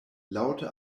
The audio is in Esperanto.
laŭte